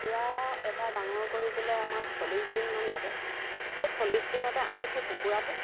কুকুৰা এটা ডাঙৰ কৰিবলৈ আমাৰ চল্লিছ দিনমান লাগে সেই চল্লিছ দিনতে আমি সেই কুকুৰাটো